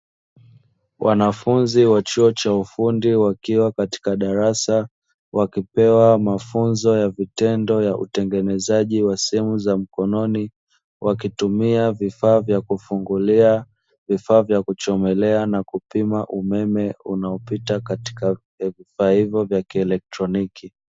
Wanafunzi wa chuo cha ufundi wakiwa katika darasa, wakipewa mafunzo ya vitendo ya utengenezaji wa simu za mkononi. Wakitumia vifaa vya kufungulia, vifaa vya kuchomelea na kupima umeme unaopita katika kwenye vifaa hivyo vya kielektroniki.